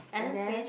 and then